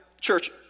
church